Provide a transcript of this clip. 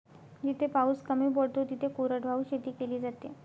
जिथे पाऊस कमी पडतो तिथे कोरडवाहू शेती केली जाते